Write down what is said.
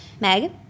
Meg